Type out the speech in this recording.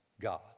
God